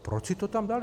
Proč si to tam dali?